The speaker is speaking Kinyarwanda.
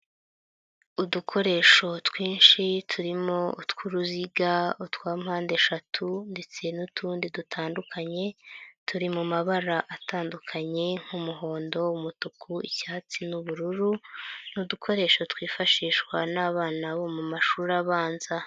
Udukoresho twinshi turimo utw'uruziga utwa mpande eshatu ndetse n'utundi dutandukanye turi mu mabara atandukanye nk'umuhondo, umutuku, icyatsi, n'ubururu. Ni udukoresho twifashishwa n'abana bo mu mashuri abanza.